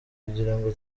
kugirango